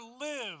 live